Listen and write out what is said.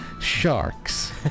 sharks